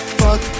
fuck